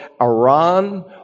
Iran